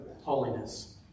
holiness